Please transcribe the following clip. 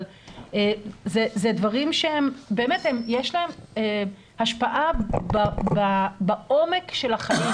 אבל אלה דברים שיש להם השפעה בעומק של החיים.